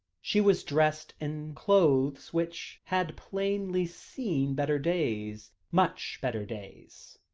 she was dressed in clothes which had plainly seen better days much better days.